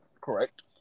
Correct